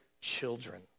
children